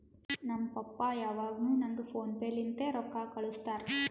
ನಮ್ ಪಪ್ಪಾ ಯಾವಾಗ್ನು ನಂಗ್ ಫೋನ್ ಪೇ ಲಿಂತೆ ರೊಕ್ಕಾ ಕಳ್ಸುತ್ತಾರ್